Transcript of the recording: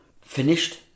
finished